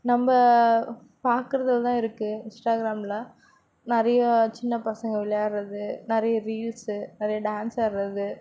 நம்ம பாக்குறதில் தான் இருக்கு இன்ஸ்டாகிராமில் நிறைய சின்னப் பசங்கள் விளையாடுவது நிறைய ரீல்ஸு நிறைய டான்ஸ் ஆடுவது